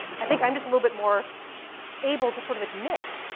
i think i'm just a little bit more able to sort of admit,